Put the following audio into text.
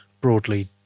broadly